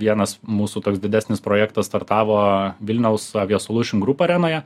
vienas mūsų toks didesnis projektas startavo vilniaus avija solušn grup arenoje